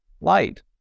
light